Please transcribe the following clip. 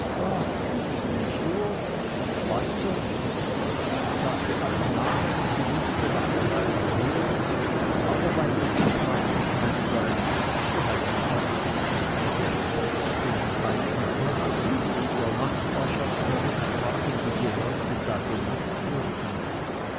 balzer und sagte alle namen die sie wußte nach der reihe her aber bei jedem sprach das männlein so heiß ich nicht den zweiten tag ließ sie in der nachbarschaft herumfragen wie die leute da genannt würden